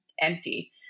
empty